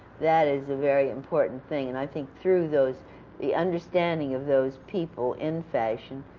that is a very important thing. and i think through those the understanding of those people in fashion,